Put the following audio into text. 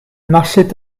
marchait